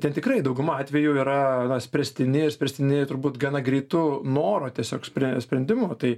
ten tikrai dauguma atvejų yra spręstini spręstini turbūt gana greitu noro tiesiog sprendimu tai